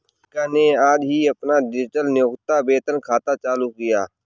निहारिका ने आज ही अपना डिजिटल नियोक्ता वेतन खाता चालू किया है